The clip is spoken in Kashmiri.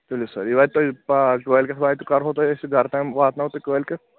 تُلِو سَر یہِ واتہِ تۄہہِ کٲلکٮ۪تھ واتہِ کَرہو تۄہہِ أسۍ گرٕ تام واتناوو تۄہہِ کٲلکٮ۪تھ